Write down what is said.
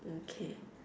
okay